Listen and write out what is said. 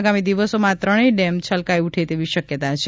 આગામી દિવસોમાં આ ત્રણેય ડેમ છલકાઈ ઉઠે તેવી શક્યતા છે